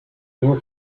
door